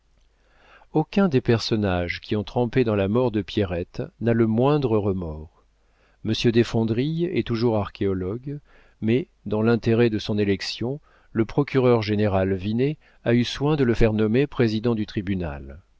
aucun des personnages qui ont trempé dans la mort de pierrette n'a le moindre remords monsieur desfondrilles est toujours archéologue mais dans l'intérêt de son élection le procureur-général vinet a eu soin de le faire nommer président du tribunal